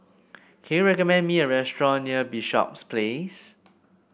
can you recommend me a restaurant near Bishops Place